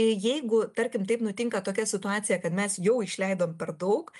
jeigu tarkim taip nutinka tokia situacija kad mes jau išleidom per daug